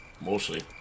Mostly